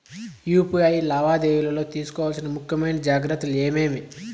UPI లావాదేవీలలో తీసుకోవాల్సిన ముఖ్యమైన జాగ్రత్తలు ఏమేమీ?